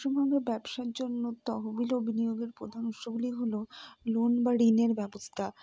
পশ্চিমবঙ্গে ব্যবসার জন্য তহবিল ও বিনিয়োগের প্রধান উৎসগুলি হল লোন বা ঋণের ব্যবস্থা